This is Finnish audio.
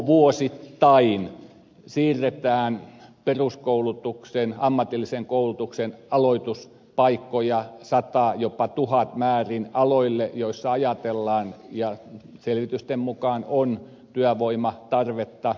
vuosittain siirretään peruskoulutuksen ammatillisen koulutuksen aloituspaikkoja sata jopa tuhatmäärin aloille joissa ajatellaan olevan ja joissa selvitysten mukaan on työvoiman tarvetta